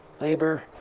Labor